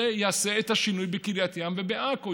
זה יעשה את השינוי בקריית ים ובעכו.